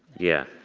yeah